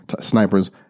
snipers